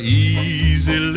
easy